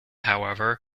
however